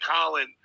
Colin